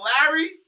Larry